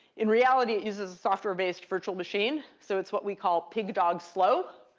in reality, it uses a software-based virtual machine, so it's what we call pig dog slow,